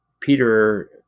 Peter